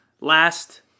Last